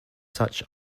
such